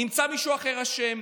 נמצא מישהו אחר אשם.